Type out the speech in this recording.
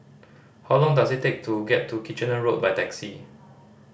how long does it take to get to Kitchener Road by taxi